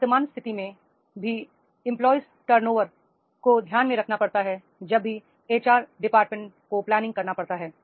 वर्तमान स्थिति में भी एंप्लाइज टर्नओवर को ध्यान में रखना पड़ता है जब भी एचआर डिपार्टमेंट को प्लानिंग करना पड़ता है